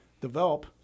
develop